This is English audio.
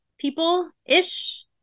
People-ish